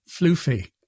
floofy